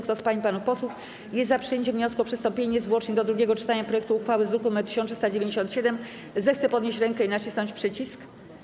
Kto z pań i panów posłów jest za przyjęciem wniosku o przystąpienie niezwłocznie do drugiego czytania projektu uchwały z druku nr 1397, zechce podnieść rękę i nacisnąć przycisk.